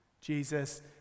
Jesus